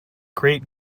great